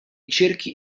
cerchi